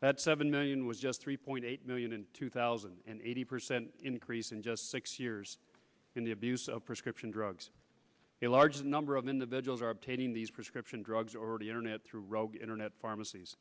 that seven million was just three point eight million in two thousand and eighty percent increase in just six years in the abuse of prescription drugs a large number of individuals are taking these prescription drugs already internet through rogue internet pharmacies